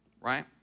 right